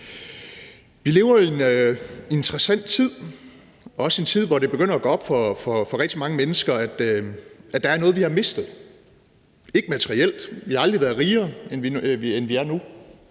hvor det begynder at gå op for rigtig mange mennesker, at der er noget, vi har mistet. Det er ikke materielt. Vi har aldrig været rigere, end vi er nu,